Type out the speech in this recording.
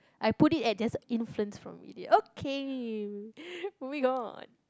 I put it at just influence from okay oh-my-god